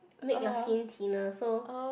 make your skin thinner so